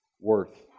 worth